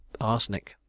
arsenic